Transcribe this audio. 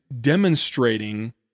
demonstrating